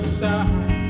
side